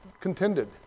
contended